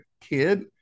kid